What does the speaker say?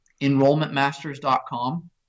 Enrollmentmasters.com